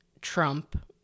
Trump